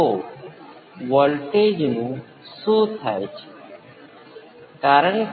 સ્પષ્ટપણે હવે જ્યાં સુધી ફોર્સ રિસ્પોન્સની વાત છે ત્યાં સુધી સુપર પોઝિશનની રેખીય સિસ્ટમ છે